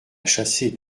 chasser